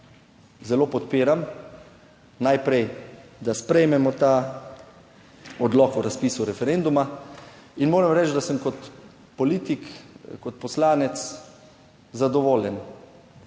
zelo podpiram najprej, da sprejmemo ta Odlok o razpisu referenduma. Moram reči, da sem kot politik, kot poslanec zadovoljen,